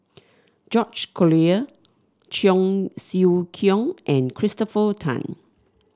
George Collyer Cheong Siew Keong and Christopher Tan